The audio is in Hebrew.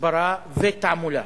הסברה ותעמולה.